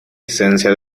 esencia